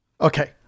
Okay